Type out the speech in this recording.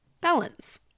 balance